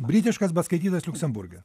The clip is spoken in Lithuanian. britiškas bet skaitytas liuksemburge